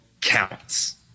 counts